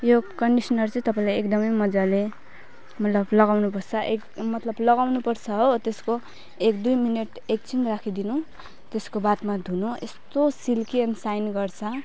यो कन्डिसनर चाहिँ तपाईँलाई एकदम मजाले मतलब लगाउनु पर्छ एकदम मतलब लगाउनु पर्छ हो त्यसको एक दुई मिनट एकछिन राखिदिनु त्यसको बादमा धुनु यस्तो सिल्की एन साइन गर्छ